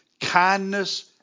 kindness